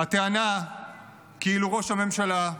הטענה כאילו ראש הממשלה,